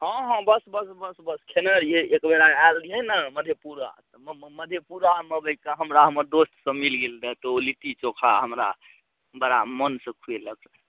हँ हँ बस बस बस बस बस खेनऽ रहियै एक बेरा आएल रहियै ने मधेपुरा तऽ मधेपुरामे अबैत काल हमरा हमर दोस्त सब मिल गेल रहऽ तऽ ओ लिट्टी चोखा हमरा बड़ा मनसँ खुएलक